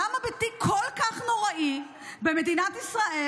למה בתיק כל כך נוראי במדינת ישראל,